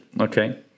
okay